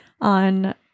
on